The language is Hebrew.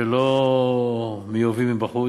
ולא מאויבים מבחוץ,